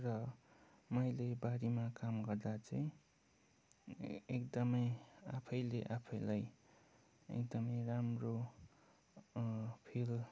र मैले बारीमा काम गर्दा चाहिँ एकदमै आफैले आफैलाई एकदमै राम्रो फिल